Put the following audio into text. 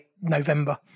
november